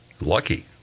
Lucky